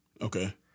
Okay